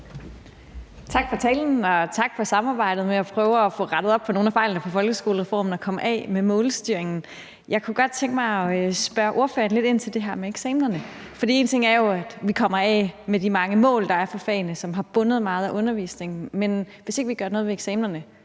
Tak for talen, og tak for samarbejdet om at prøve at få rettet op på nogle af fejlene ved folkeskolereformen og komme af med målstyringen. Jeg kunne godt tænke mig at spørge ordføreren lidt ind til det her med eksamenerne. For en ting er jo, at vi kommer af med de mange mål, der er for fagene, og som har bundet meget af undervisningen, men hvis ikke vi gør noget ved eksamenerne,